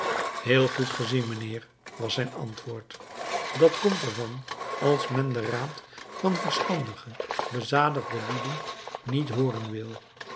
heel goed gezien mijnheer was zijn antwoord dat komt er van als men den raad van verstandige bezadigde lieden niet hooren wil